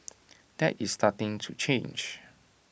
that is starting to change